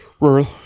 Rural